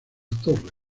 torre